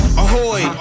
ahoy